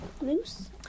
Loose